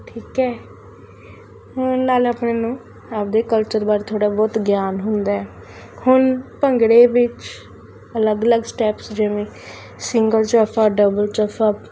ਠੀਕ ਹੈ ਹੁਣ ਨਾਲ ਆਪਣੇ ਨੂੰ ਆਪਣੇ ਕਲਚਰ ਬਾਰੇ ਥੋੜ੍ਹਾ ਬਹੁਤ ਗਿਆਨ ਹੁੰਦਾ ਹੁਣ ਭੰਗੜੇ ਵਿੱਚ ਅਲੱਗ ਅਲੱਗ ਸਟੈਪਸ ਜਿਵੇਂ ਸਿੰਗਲ ਚਫਾ ਡਬਲ ਚਫਾ